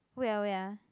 wait ah wait ah